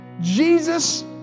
Jesus